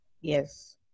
yes